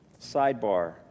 Sidebar